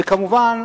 וכמובן,